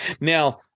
Now